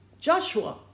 Joshua